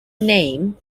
name